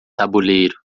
tabuleiro